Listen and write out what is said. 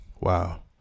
Wow